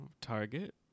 Target